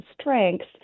strengths